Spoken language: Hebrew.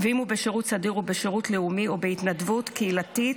ואם הוא בשירות סדיר או בשירות לאומי או בהתנדבות קהילתית,